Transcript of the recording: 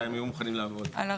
אתם מדברים רק על החלק הזה,